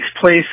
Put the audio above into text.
place